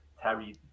Terry